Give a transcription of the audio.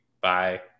bye